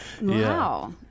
wow